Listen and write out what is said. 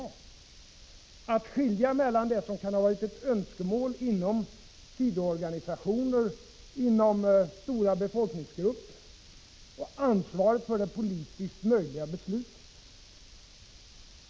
Vi måste skilja mellan det som kan ha varit ett önskemål inom sidoorganisationer eller inom stora befolkningsgrupper och ansvaret för det politiskt möjliga beslutet.